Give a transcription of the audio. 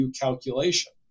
calculation